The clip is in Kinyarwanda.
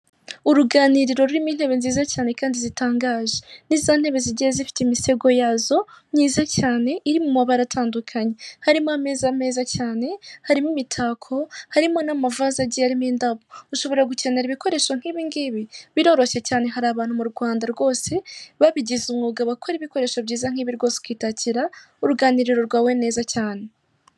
Uruganiriro rurimo intebe nziza cyane kandi zitangaje ni za ntebe zigiye zifite imisego yazo myiza cyane iri mu mabara atandukanye, harimo ameza meza cyane, harimo imitako, harimo n'amavaze agiye arimo indabo, ushobora gukenera ibikoresho nk'ibingibi biroroshye cyane hari abantu mu Rwanda rwose babigize umwuga bakora ibikoresho byiza nk'ibi rwose ukitakira uruganiriro rwawe neza cyane.